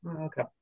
Okay